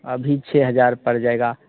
अभी छः हज़ार पड़ जाएगा